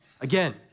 Again